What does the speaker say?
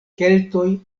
keltoj